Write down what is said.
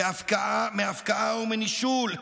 מהפקעה ומנישול,